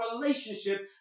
relationship